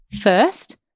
First